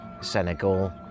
Senegal